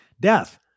death